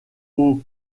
aux